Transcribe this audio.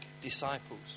disciples